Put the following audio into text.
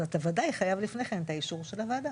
אז אתה ודאי חייב לפני כן את האישור של הוועדה.